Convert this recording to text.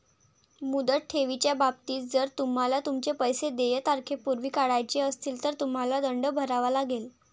मुदत ठेवीच्या बाबतीत, जर तुम्हाला तुमचे पैसे देय तारखेपूर्वी काढायचे असतील, तर तुम्हाला दंड भरावा लागेल